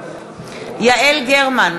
יעל גרמן,